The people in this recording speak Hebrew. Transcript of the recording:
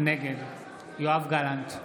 נגד יואב גלנט,